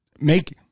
Make